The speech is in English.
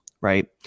right